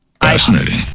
Fascinating